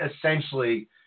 essentially